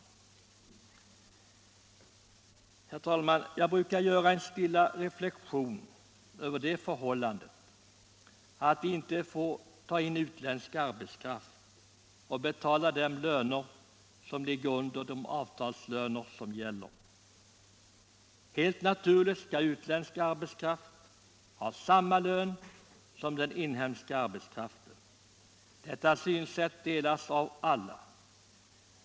Herr talman! Jag brukar göra en stilla reflektion över det förhållandet att vi inte får ta in utländsk arbetskraft och betala den löner som ligger under de avtalslöner som gäller. Helt naturligt skall utländsk arbetskraft ha samma lön som inhemsk arbetskraft. Detta synsätt delas av alla.